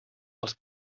els